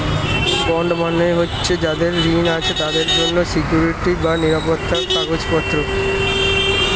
bond মানে যাদের ঋণ আছে তাদের জন্য সিকুইরিটি বা নিরাপত্তার কাগজপত্র